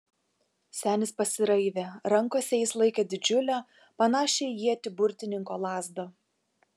senis pasiraivė rankose jis laikė didžiulę panašią į ietį burtininko lazdą